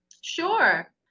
Sure